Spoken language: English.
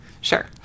sure